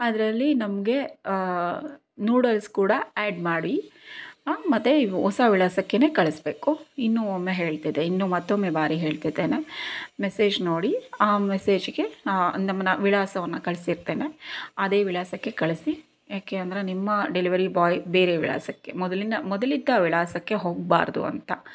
ಅದರಲ್ಲಿ ನಮಗೆ ನೂಡಲ್ಸ್ ಕೂಡ ಆ್ಯಡ್ ಮಾಡಿ ಮತ್ತೆ ಹೊಸ ವಿಳಾಸಕ್ಕೆನೇ ಕಳಿಸ್ಬೇಕು ಇನ್ನೂ ಒಮ್ಮೆ ಹೇಳ್ತಿದ್ದೇನೆ ಇನ್ನೂ ಮತ್ತೊಮ್ಮೆ ಬಾರಿ ಹೇಳ್ತಿದ್ದೇನೆ ಮೆಸ್ಸೆಜ್ ನೋಡಿ ಆ ಮೆಸೇಜ್ಗೆ ನಮ್ಮ ವಿಳಾಸವನ್ನು ಕಳಿಸಿರ್ತೇನೆ ಅದೇ ವಿಳಾಸಕ್ಕೆ ಕಳಿಸಿ ಯಾಕೆ ಅಂದರೆ ನಿಮ್ಮ ಡೆಲಿವರಿ ಬೊಯ್ ಬೇರೆ ವಿಳಾಸಕ್ಕೆ ಮೊದಲಿನ ಮೊದಲಿದ್ದ ವಿಳಾಸಕ್ಕೆ ಹೋಗ್ಬಾರ್ದು ಅಂತ